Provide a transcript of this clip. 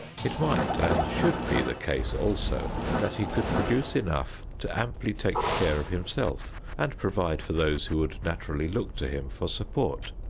it might and should be the case also that he could produce enough to amply take care of himself and provide for those who would naturally look to him for support,